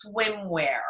swimwear